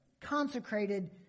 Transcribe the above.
consecrated